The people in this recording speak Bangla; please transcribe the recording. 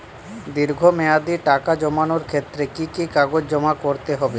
দীর্ঘ মেয়াদি টাকা জমানোর ক্ষেত্রে কি কি কাগজ জমা করতে হবে?